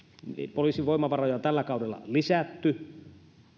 poliisin voimavaroja on tällä kaudella lisätty